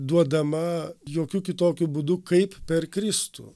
duodama jokiu kitokiu būdu kaip per kristų